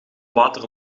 water